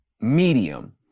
medium